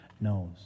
Knows